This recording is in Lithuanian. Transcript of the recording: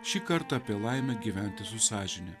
šį kartą apie laimę gyventi su sąžine